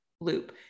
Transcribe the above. loop